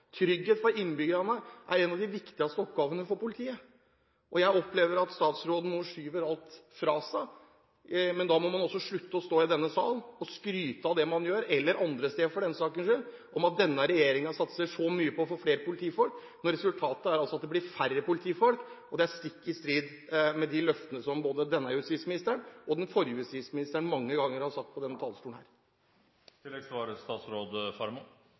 Trygghet for innbyggerne er en av de viktigste oppgavene for politiet. Jeg opplever at statsråden nå skyver alt fra seg. Men da må man også slutte å stå i denne sal – eller andre steder for den saks skyld – og skryte av det man gjør, av at denne regjeringen satser så mye på å få flere politifolk, når resultatet altså er at det blir færre politifolk. Det er stikk i strid med de løftene som både denne justisministeren og den forrige justisministeren mange ganger har gitt på denne talerstolen.